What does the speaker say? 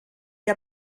que